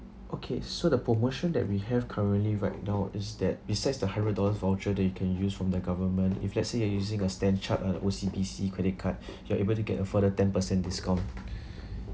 okay so the promotion that we have currently right now is that besides the hybridize voucher that you can use from the government if let's say you are using a standard chartered or O_C_B_C credit card you are able to get a further ten percent discount